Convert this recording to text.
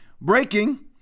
breaking